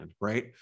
right